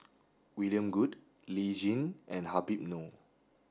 William Goode Lee Tjin and Habib Noh